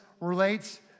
relates